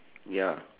ya